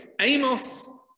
Amos